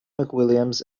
mcwilliams